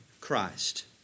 Christ